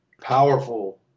powerful